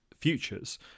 futures